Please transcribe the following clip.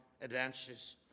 advances